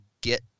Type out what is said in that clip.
get